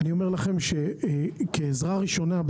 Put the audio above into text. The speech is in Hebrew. כעזרה ראשונה,